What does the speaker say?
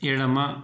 ఎడమ